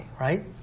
right